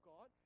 God